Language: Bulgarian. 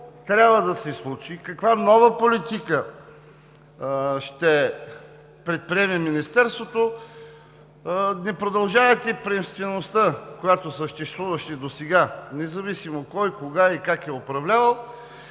трябва да се случи, каква нова политика ще предприеме Министерството? Не продължавайте приемствеността, която съществуваше досега, независимо кой, кога и как е управлявал